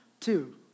Two